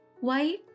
white